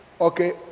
Okay